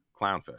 clownfish